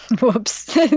Whoops